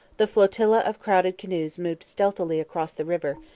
the flotilla of crowded canoes moved stealthily across the river,